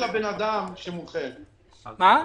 חברים,